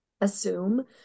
assume